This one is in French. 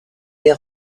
des